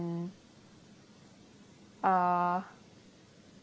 ah